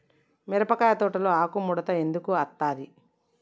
మిరపకాయ తోటలో ఆకు ముడత ఎందుకు అత్తది?